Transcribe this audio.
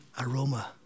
aroma